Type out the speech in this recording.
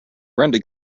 randy